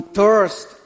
thirst